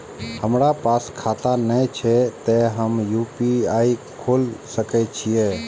हमरा पास खाता ने छे ते हम यू.पी.आई खोल सके छिए?